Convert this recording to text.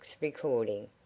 recording